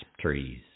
trees